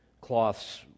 cloths